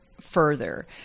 further